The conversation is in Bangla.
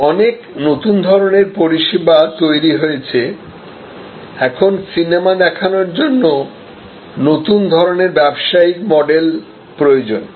এখন অনেক নতুন ধরনের পরিষেবা তৈরি হয়েছে এখন সিনেমা দেখানোর জন্য নতুন ধরণের ব্যবসায়িক মডেল প্রয়োজন